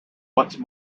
once